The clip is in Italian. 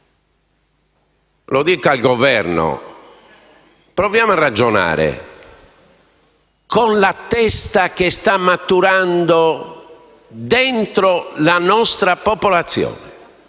a tutto il Governo: proviamo a ragionare con la testa che sta maturando dentro la nostra popolazione.